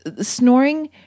snoring